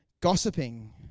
gossiping